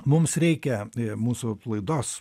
mums reikia mūsų laidos